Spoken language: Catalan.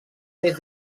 des